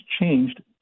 changed